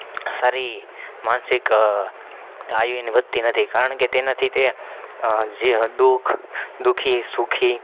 સારી માનસિક આયુ એની વધતી નથી કારણ કે તેનાથી તે જે દુ ખ દુ ખી સુખી